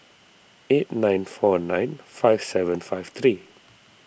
eight nine four nine five seven five three